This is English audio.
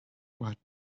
right